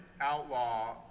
outlaw